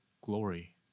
glory